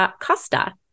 Costa